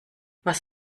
was